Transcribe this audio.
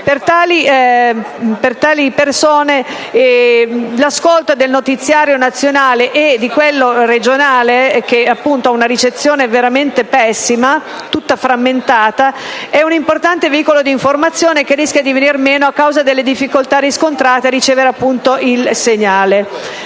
Per tali persone l'ascolto del notiziario nazionale e di quello regionale, la cui ricezione è veramente pessima, tutta frammentata, rappresenta un importante veicolo d'informazione, che rischia di venir meno a causa delle difficoltà riscontrate a ricevere il segnale.